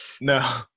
no